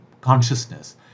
consciousness